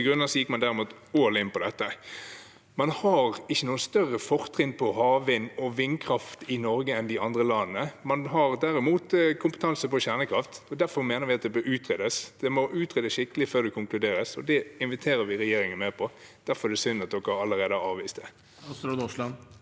grunner gikk man derimot «all in» på dette. Man har ikke noe større fortrinn på havvind og vindkraft i Norge enn i de andre landene. Man har derimot kompetanse på kjernekraft. Derfor mener vi at det bør utredes. Det må utredes skikkelig før det konkluderes, og det inviterer vi regjeringen med på. Derfor er det synd at dere allerede har avvist det.